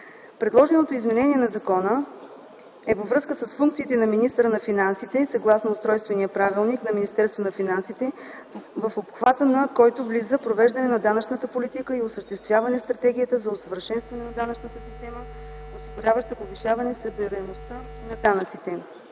Предложеното изменение на закона е във връзка с функциите на министъра на финансите съгласно устройствения правилник на Министерството на финансите, в обхвата на който влиза провеждане на данъчната политика и осъществяване стратегията за усъвършенстване на данъчната система, осигуряваща повишаване събираемостта на данъците.